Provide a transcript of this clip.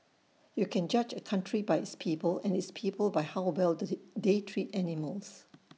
you can judge A country by its people and its people by how well they treat animals